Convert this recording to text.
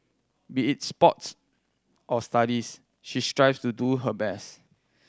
be it sports or studies she strives to do her best